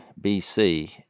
BC